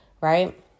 right